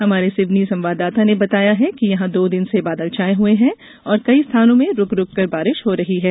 हमारे सिवनी संवाददाता ने बताया है कि यहां दो दिन से बादल छाये हए है और कई स्थानों में रूक रूक कर बारिश हो रही है